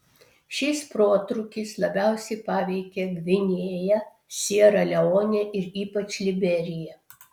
šis protrūkis labiausiai paveikė gvinėją siera leonę ir ypač liberiją